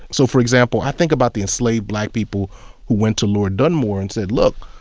so, for example, i think about the enslaved black people who went to lord dunmore and said, look,